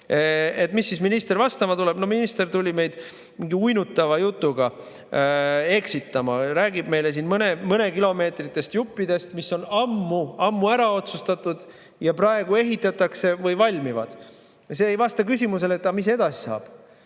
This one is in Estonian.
Mida siis minister vastama tuli? Minister tuli meid mingi uinutava jutuga eksitama, rääkis meile siin mõnekilomeetristest juppidest, mis on ammu-ammu ära otsustatud ja praegu valmivad, mida ehitatakse. Ei vastanud küsimusele, mis edasi saab.